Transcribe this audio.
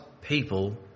people